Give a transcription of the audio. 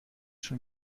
schon